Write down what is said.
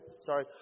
Sorry